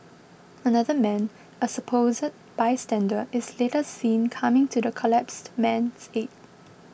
another man a supposed bystander is later seen coming to the collapsed man's aid